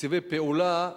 תקציבי פעולה,